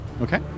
Okay